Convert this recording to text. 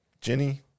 Jenny